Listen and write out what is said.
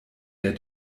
der